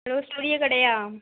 hello studio கடையா